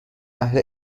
اهل